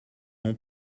ont